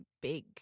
big